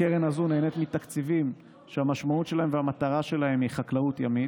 הקרן הזו נהנית מתקציבים שהמשמעות שלהם והמטרה שלהם היא חקלאות ימית.